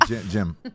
jim